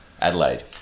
adelaide